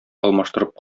алмаштырып